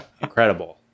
incredible